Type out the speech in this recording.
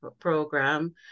program